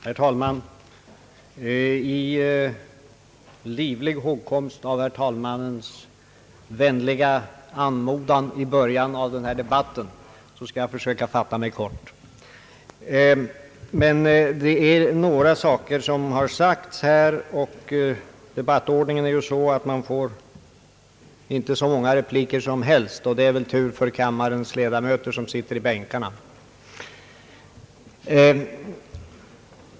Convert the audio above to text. Herr talman! I livlig hågkomst av herr talmannens vänliga anmodan i början av derna debatt skall jag försöka fatta mig kort. Debattordningen är ju sådan, att man inte får hur många repliker som helst, vilket väl är tur för de kammarens ledamöter som sitter i bänkarna.